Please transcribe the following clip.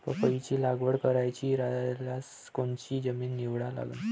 पपईची लागवड करायची रायल्यास कोनची जमीन निवडा लागन?